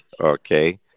Okay